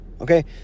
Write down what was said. Okay